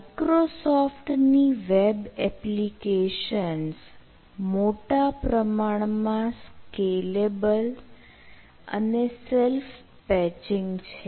Microsoft ની web applications મોટા પ્રમાણમાં સ્કેલેબલ છે